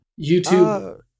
YouTube